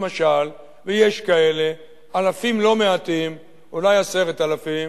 למשל, ויש כאלה אלפים לא מעטים, אולי 10,000,